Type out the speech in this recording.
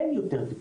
אין יותר טיפולים.